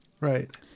Right